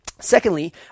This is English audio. Secondly